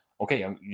Okay